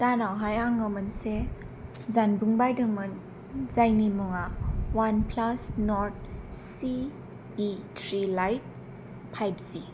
दानावहाय आङो मोनसे जानबुं बायदोंमोन जायनि मुङा अवान प्लास नर्ड सि इ थ्रि लाइट फाइबजि